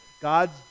God's